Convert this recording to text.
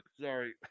sorry